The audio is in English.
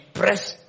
pressed